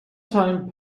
time